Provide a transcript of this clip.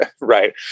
right